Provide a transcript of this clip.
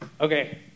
Okay